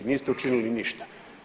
Niste učinili ništa.